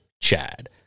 Chad